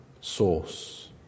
source